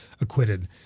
acquitted